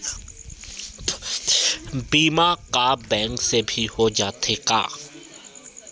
बीमा का बैंक से भी हो जाथे का?